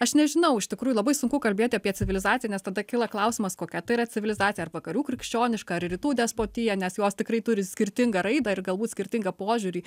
aš nežinau iš tikrųjų labai sunku kalbėti apie civilizaciją nes tada kyla klausimas kokia tai yra civilizacija ar vakarų krikščioniška ar rytų despotija nes jos tikrai turi skirtingą raidą ir galbūt skirtingą požiūrį